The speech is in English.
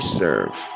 serve